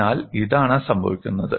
അതിനാൽ ഇതാണ് സംഭവിക്കുന്നത്